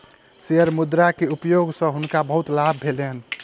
share मुद्रा के उपयोग सॅ हुनका बहुत लाभ भेलैन